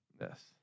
Yes